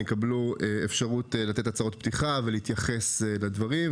יקבלו אפשרות לתת הצהרות פתיחה ולהתייחס לדברים,